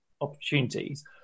opportunities